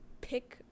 pick